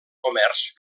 comerç